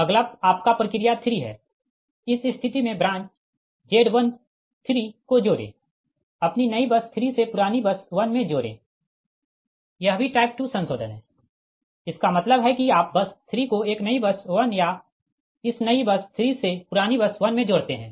अगला आपका प्रक्रिया 3 है इस स्थिति में ब्रांच Z13को जोड़े अपनी नई बस 3 से पुरानी बस 1 में जोड़े यह भी टाइप 2 संशोधन है इसका मतलब है कि आप बस 3 को एक नई बस 1 या इस नई बस 3 से पुरानी बस 1 में जोड़ते है